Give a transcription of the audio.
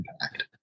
impact